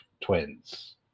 twins